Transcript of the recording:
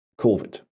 COVID